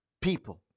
people